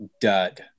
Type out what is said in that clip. dud